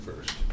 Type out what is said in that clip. first